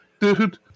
dude